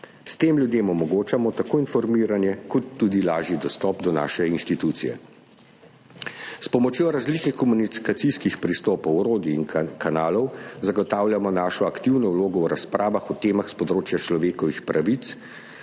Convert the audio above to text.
S tem ljudem omogočamo tako informiranje kot tudi lažji dostop do naše inštitucije. S pomočjo različnih komunikacijskih pristopov, orodij in kanalov zagotavljamo svojo aktivno vlogo v razpravah o temah s področja človekovih pravic,